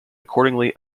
accordingly